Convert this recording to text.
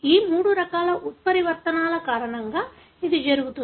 ఈ మూడు రకాల ఉత్పరివర్తనాల కారణంగా ఇది జరుగుతుంది